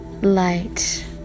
Light